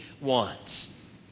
wants